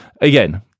Again